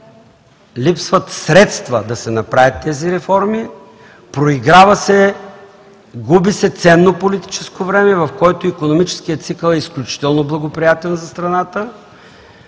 липсват средства да се направят тези реформи, проиграва се, губи се ценно политическо време, в което икономическият цикъл е изключително благоприятен за страната.